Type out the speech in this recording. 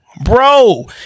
bro